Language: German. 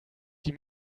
die